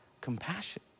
compassion